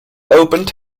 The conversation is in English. opened